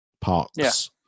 parks